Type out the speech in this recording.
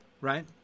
right